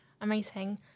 Amazing